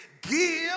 give